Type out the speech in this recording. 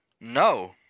No